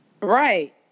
Right